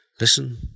Listen